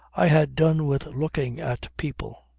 i had done with looking at people.